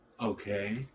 okay